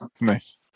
Nice